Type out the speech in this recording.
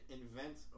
invent